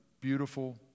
beautiful